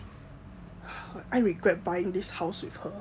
I regret buying this house with her